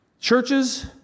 Churches